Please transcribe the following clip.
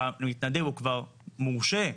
שהמתנדב הוא כבר מורשה,